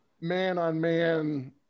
man-on-man